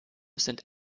sind